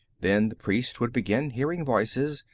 then the priest would begin hearing voices,